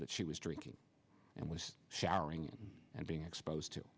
that she was drinking and was showering in and being exposed to